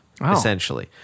Essentially